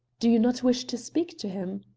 do you not wish to speak to him?